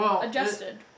Adjusted